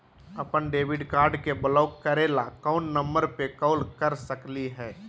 अपन debit card के block करे ला कौन नंबर पे कॉल कर सकली हई?